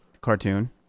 cartoon